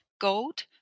gold